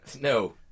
No